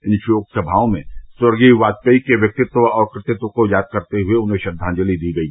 इन शोक समाओं में स्वर्गीय वाजपेई के व्यक्तित्व और कृतित्व को याद करते हये उन्हें श्रद्वांजलि दी गयी